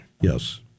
Yes